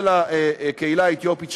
לקהילה האתיופית,